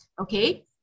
okay